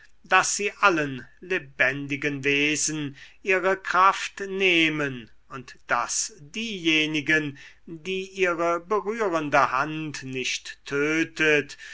daß sie allen lebendigen wesen ihre kraft nehmen und daß diejenigen die ihre berührende hand nicht tötet